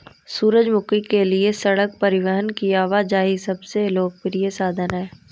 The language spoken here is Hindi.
सूरजमुखी के लिए सड़क परिवहन की आवाजाही सबसे लोकप्रिय साधन है